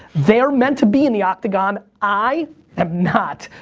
they're meant to be in the octagon. i am not.